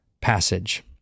passage